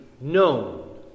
known